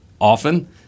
often